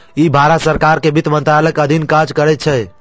ई भारत सरकार के वित्त मंत्रालयक अधीन काज करैत छै